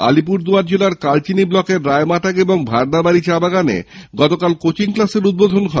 আলিপুরদুয়ার জেলার কালচিনি ব্লকের রায়মাটাং ও ভারনাবাড়ি চা বাগানে গতকাল কোচিং ক্লাসের উদ্ধোধন হয়েছে